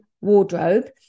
wardrobe